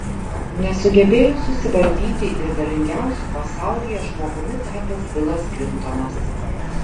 nesugebėjo susivaldyti ir galingiausiu pasaulyje žmogumi tapęs bilas klintonas